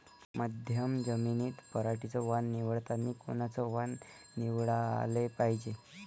मध्यम जमीनीत पराटीचं वान निवडतानी कोनचं वान निवडाले पायजे?